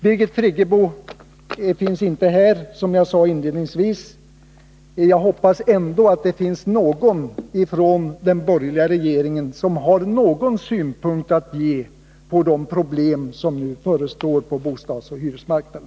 Birgit Friggebo finns inte här, såsom jag sade inledningsvis. Jag hoppas ändå att det finns någon från den borgerliga regeringen som har någon synpunkt att ge på de problem som nu förestår på bostadsoch hyresmarknaden.